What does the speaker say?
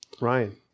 Ryan